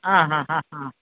ആ ആ ആ ആ